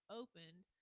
opened